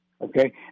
Okay